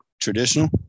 traditional